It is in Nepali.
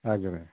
हजुर